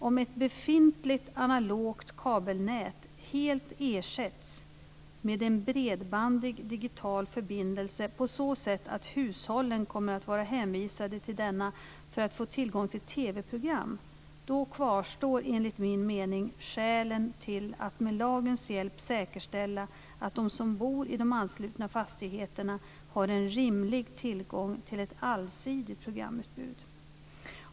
Om ett befintligt analogt kabelnät helt ersätts med en bredbandig digital förbindelse på så sätt att hushållen kommer att vara hänvisade till denna för att få tillgång till TV-program, kvarstår enligt min mening skälen till att med lagens hjälp säkerställa att de som bor i de anslutna fastigheterna har rimlig tillgång till ett allsidigt programutbud.